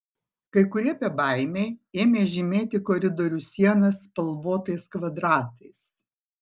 kai kurie bebaimiai ėmė žymėti koridorių sienas spalvotais kvadratais